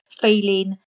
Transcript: feeling